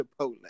Chipotle